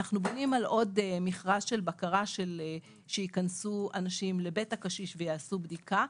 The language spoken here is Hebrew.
אנחנו בונים על עוד מכרז בקרה שייכנסו אנשים לבית הקשיש ויעשו בדיקה,